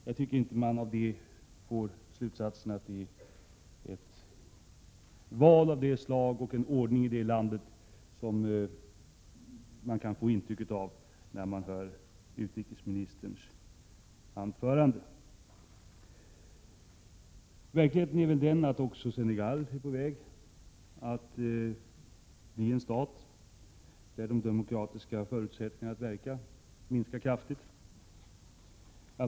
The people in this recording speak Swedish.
Jag tycker inte att man av detta kan dra slutsatsen att det är fråga om ett val och en ordning i landet av det slag som man får ett intryck av när man hör utrikesministerns anförande. Verkligheten är väl den att också Senegal är på väg att bli en stat där de demokratiska förutsättningarna att verka minskar kraftigt.